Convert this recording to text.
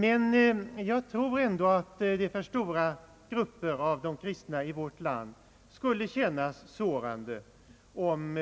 Men jag tror ändå att det för stora grupper av de kristna i vårt land skulle kännas sårande om